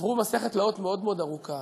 עברו מסכת תלאות מאוד מאוד ארוכה,